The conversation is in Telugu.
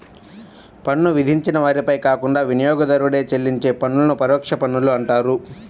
పన్ను విధించిన వారిపై కాకుండా వినియోగదారుడే చెల్లించే పన్నులను పరోక్ష పన్నులు అంటారు